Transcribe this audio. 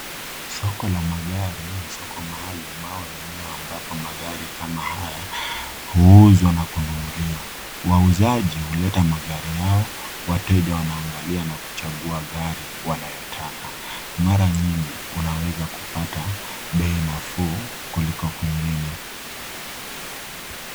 Soko la magari ni soko maalum ambalo au eneo ambapo magari kama haya huuzwa na kununuliwa. Wauzaji huleta magari yao, wateja wanaangalia na kuchagua gari wanayotaka. Mara nyingi, unaweza kupata bei nafuu kuliko kwingine.